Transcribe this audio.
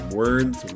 words